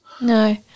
No